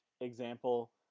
example